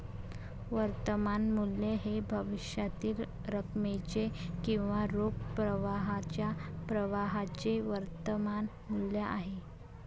वर्तमान मूल्य हे भविष्यातील रकमेचे किंवा रोख प्रवाहाच्या प्रवाहाचे वर्तमान मूल्य आहे